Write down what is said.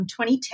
2010